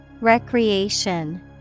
Recreation